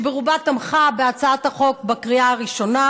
שברובה תמכה בהצעת החוק בקריאה הראשונה.